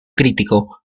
crítico